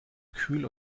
kühl